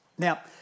Now